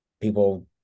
people